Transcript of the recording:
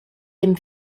dem